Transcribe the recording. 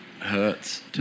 Hurts